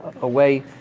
away